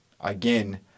again